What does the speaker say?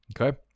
Okay